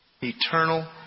eternal